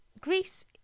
Greece